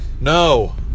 No